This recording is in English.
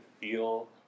feel